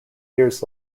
years